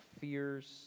fears